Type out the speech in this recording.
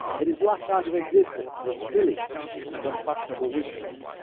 it is laughed out of existence, as a silly and unfashionable weakness.